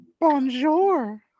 Bonjour